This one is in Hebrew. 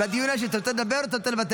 בדיון האישי, אתה רוצה לדבר או אתה רוצה לוותר?